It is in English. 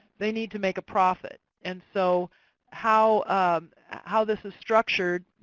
they need to make a profit. and so how how this is structured,